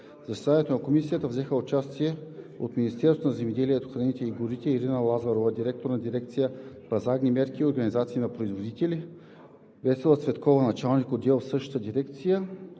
заседанието на Комисията взеха участие: от Министерството на земеделието, храните и горите: Ирина Лазарова – директор на дирекция „Пазарни мерки и организации на производители“, Весела Цветкова – началник отдел в същата дирекция,